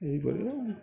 ଏଇଭଳି